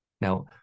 Now